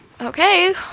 Okay